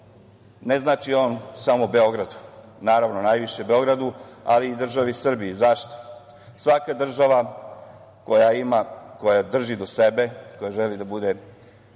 ne znači on samo Beogradu. Naravno, najviše Beogradu, ali i državi Srbiji. Zašto? Svaka država koja drži do sebe, koja želi da bude